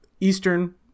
eastern